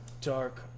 dark